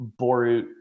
Borut